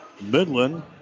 Midland